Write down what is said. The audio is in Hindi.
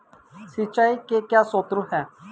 सिंचाई के क्या स्रोत हैं?